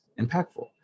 impactful